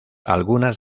algunas